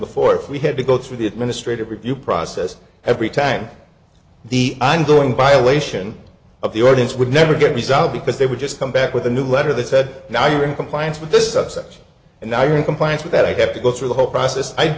before if we had to go through the administrative review process every time the i'm doing violation of the audience would never get resolved because they would just come back with a new letter that said now you are in compliance with this obsession and now you are in compliance with that i have to go through the whole process i'd